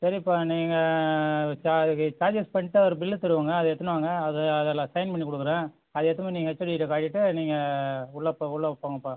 சரிப்பா நீங்கள் அது சார்ஜ் அதுக்கு சார்ஜஸ் பண்ணிவிட்டா ஒரு பில்லு தருவாங்க அதை எடுத்துன்னு வாங்க அது அதில் சைன் பண்ணி கொடுக்குறேன் அதை எடுத்துன்னு போய் நீங்கள் ஹெச்ஓடிக்கிட்டே காட்டிவிட்டு நீங்கள் உள்ளே போ உள்ளே போங்கப்பா